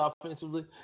offensively